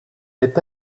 est